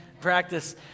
practice